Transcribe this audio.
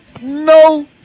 no